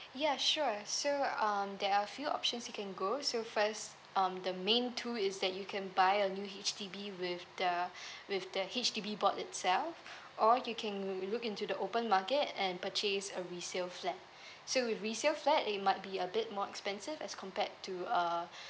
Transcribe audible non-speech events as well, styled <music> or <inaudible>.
ya sure so um there are a few options you can go so first um the main two is that you can buy a new H_D_B with the <breath> with the H_D_B board itself or you can look into the open market and purchase a resale flat <breath> so with resale flat it might be a bit more expensive as compared to uh <breath>